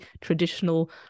traditional